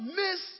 miss